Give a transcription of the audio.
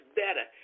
better